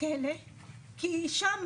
שם